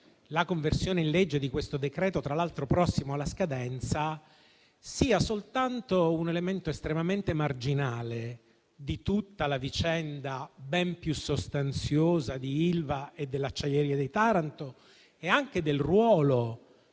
la conversione in legge di questo decreto, tra l'altro prossimo alla scadenza, sia soltanto un elemento estremamente marginale di tutta la vicenda, ben più sostanziosa, di Ilva e dell'Acciaieria di Taranto e anche del ruolo